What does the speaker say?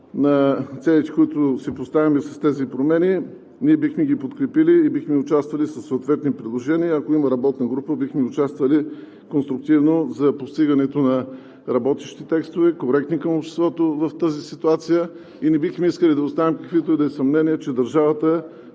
и целите, които си поставяме с тези промени, ние бихме ги подкрепили и бихме участвали със съответни предложения. Ако има работна група, бихме участвали конструктивно за постигане на работещи текстове, коректни към обществото в тази ситуация и не бихме искали да оставяме каквито и да е съмнения, че държавата